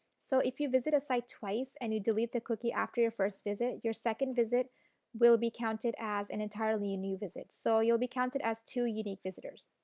so, if you visit a site twice and you delete the cookie after your first visit, your second visit will be counted as an entirely new visit. so you will be counted as two unique visitors.